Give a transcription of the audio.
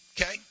okay